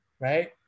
right